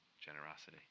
generosity